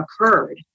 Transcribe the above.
occurred